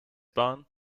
bahn